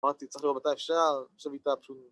אמרתי, צריך לראות מתי אפשר...